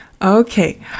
Okay